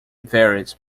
varies